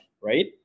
right